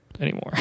anymore